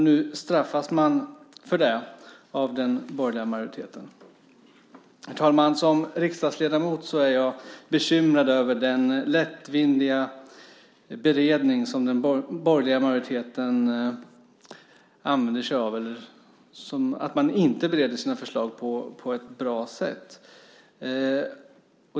Nu straffas man för det av den borgerliga majoriteten. Herr talman! Som riksdagsledamot är jag bekymrad över att den borgerliga majoriteten inte bereder sina förslag på ett bra sätt.